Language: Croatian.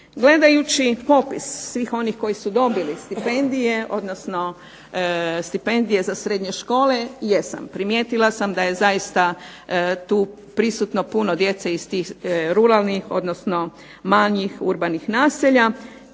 Gledajući popis svih onih koji su dobili stipendije, odnosno stipendije za srednje škole jesam, primijetila sam da je zaista tu prisutno puno djece iz tih ruralnih, odnosno manjih urbanih naselja.